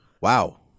Wow